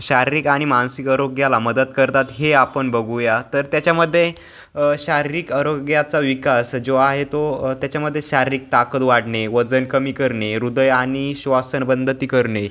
शारीरिक आणि मानसिक आरोग्याला मदत करतात हे आपण बघूया तर त्याच्यामध्ये शारीरिक आरोग्याचा विकास जो आहे तो त्याच्यामध्ये शारीरिक ताकद वाढणे वजन कमी करणे हृदय आणि श्वासनबंधती करणे